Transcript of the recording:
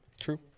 True